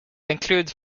include